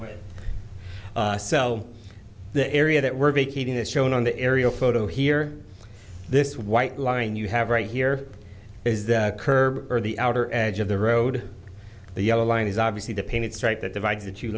with cell the area that we're vacating this shown on the aerial photo here this white line you have right here is that curve or the outer edge of the road the yellow line is obviously the painted strait that divides the two